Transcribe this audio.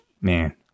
man